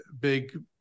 big